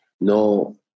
no